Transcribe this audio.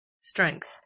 strength